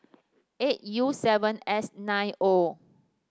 eight U seven S nine O